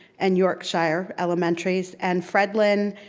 and yorkshire elementaries, and fred lynn,